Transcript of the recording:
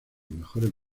mejores